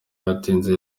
yatinze